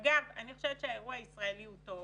אגב, אני חושבת שהאירוע הישראלי הוא טוב,